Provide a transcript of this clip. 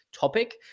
topic